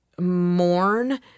mourn